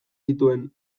zituen